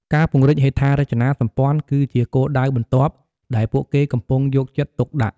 ការពង្រីកហេដ្ឋារចនាសម្ព័ន្ធគឺជាគោលដៅបន្ទាប់ដែលពួកគេកំពុងយកចិត្តទុកដាក់។